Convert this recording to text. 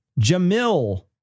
Jamil